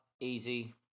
easy